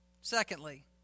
Secondly